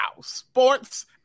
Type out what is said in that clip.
Sports